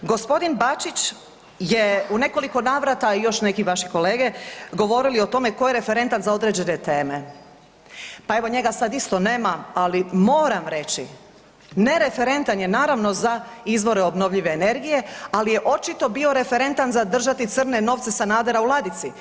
Gospodin Bačić je u nekoliko navrata, a još neki vaši kolege, govorili o tome tko je referentan za određene teme, pa evo njega sada isto nema, ali moram reći, ne referentan je naravno za izvore obnovljive izvore energije, ali je očito bio referentan za držati crne novce Sanadera u ladici.